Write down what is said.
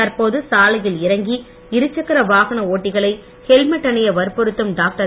தற்போது சாலையில் இறங்கி இருசக்கர வாகன ஓட்டிகளை ஹெல்மெட் அணிய வற்புறுத்தும் டாக்டர்